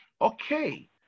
Okay